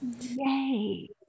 Yay